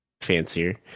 fancier